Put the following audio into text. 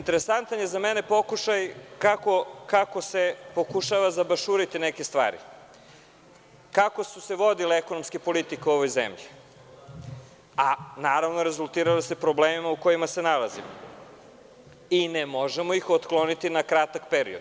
Interesantan je za mene pokušaj kako se pokušava zabašuriti neka stvar, kako su se vodile ekonomske politike u ovoj zemlji, a rezultirale su problemima u kojima se nalazimo i ne možemo ih otkloniti na kratak period.